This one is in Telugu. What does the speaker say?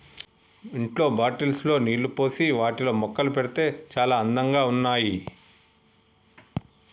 ఇంట్లో బాటిల్స్ లో నీళ్లు పోసి వాటిలో మొక్కలు పెడితే చాల అందంగా ఉన్నాయి